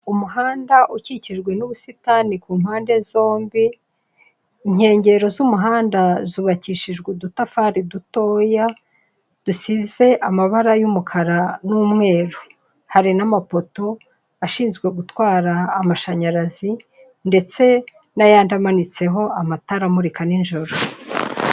Umuhanda ukikijwe n'ubusitani ku mpande zombi, inkengero z'umuhanda zubakishijwe udutafari dutoya, dusize amabara y'umukara n'umweru. Hari n'amapoto ashinzwe gutwara amashanyarazi, ndetse n'ayandi amanitseho amatara amurika ninjoro.